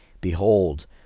behold